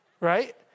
right